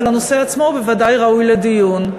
אבל הנושא עצמו בוודאי ראוי לדיון.